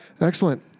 Excellent